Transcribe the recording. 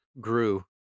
grew